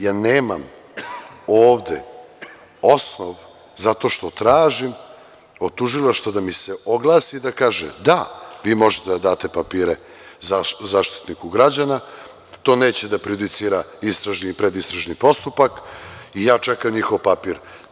Ja nemam ovde osnov zato što tražim od tužilaštva da mi se oglasi i da kaže – da, vi možete da date papire Zaštitniku građana, to neće da prejudicira istražni i predistražni postupak i ja čekam njihov papir.